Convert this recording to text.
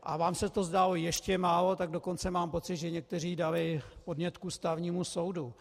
A vám se to zdálo ještě málo, tak dokonce mám pocit, že někteří dali podnět k Ústavnímu soudu.